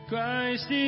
Christ